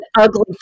ugly